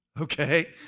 okay